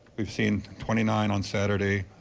we've seen twenty nine on saturday,